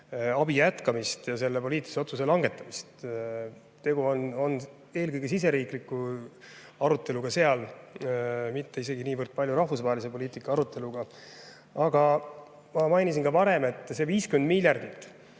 abi jätkamist ja selle poliitilise otsuse langetamist. Tegu on eelkõige sealse riigisisese aruteluga, mitte isegi niivõrd palju rahvusvahelise poliitika aruteluga. Aga ma mainisin ka varem, et see 50 miljardit